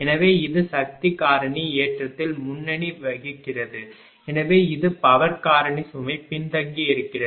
எனவே இது சக்தி காரணி ஏற்றத்தில் முன்னணி வகிக்கிறது எனவே இது பவர் காரணி சுமை பின்தங்கியிருக்கிறது